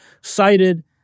cited